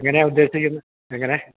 എങ്ങനെയാണ് ഉദ്ദേശിക്കുന്നത് എങ്ങനെ